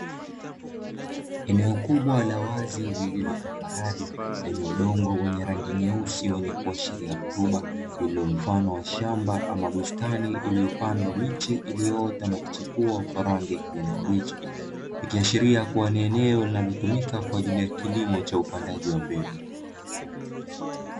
Eneo kubwa la wazi lililo tambarare lenye udongo wenye rangi nyeusi wenye kuashiria rutuba lililo mfano wa shamba ama bustani iliyopandwa miche iliyoota na kuchipua kwa rangi ya kijani kibichi, ikiashiria kuwa ni enwo linalotumika kwa ajili ya kilimo cha upandaji wa mbegu.